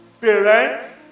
parents